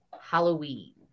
Halloween